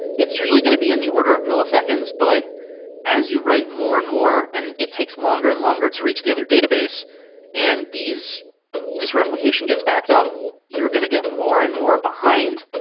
it's usually going to be in the order of milliseconds, but as you write more and more and it takes longer and longer to reach the other database and this replication gets backed up, you're going to get more and more behind.